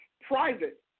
private